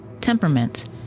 temperament